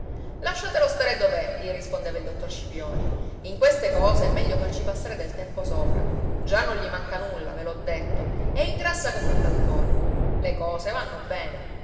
lasciatelo stare dov'è gli rispondeva il dottor scipioni in queste cose è meglio farci passare del tempo sopra già non gli manca nulla ve l'ho detto e ingrassa come un cappone le cose vanno bene